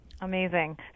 Amazing